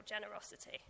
generosity